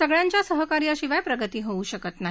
सगळ्यांच्या सहाकार्याशिवाय प्रगती होऊ शकत नाही